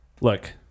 Look